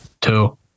two